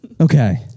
Okay